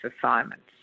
assignments